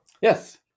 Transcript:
Yes